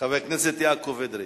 חבר הכנסת יעקב אדרי,